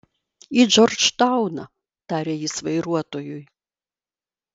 į džordžtauną tarė jis vairuotojui